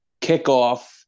kickoff